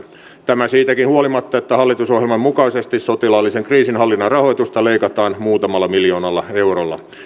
tämä siitäkin huolimatta että hallitusohjelman mukaisesti sotilaallisen kriisinhallinnan rahoitusta leikataan muutamalla miljoonalla eurolla